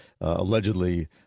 allegedly